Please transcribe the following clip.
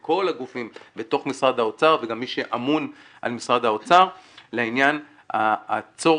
כלה בכל הגופים בתוך משרד האוצר וגם מי שאמון על משרד האוצר לעניין הצורך